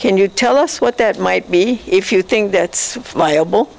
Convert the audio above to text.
can you tell us what that might be if you think that's flyable